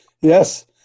Yes